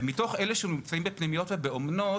ומתוך אלה שנמצאים בפנימיות ובאומנות